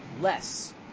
less